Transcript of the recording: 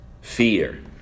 fear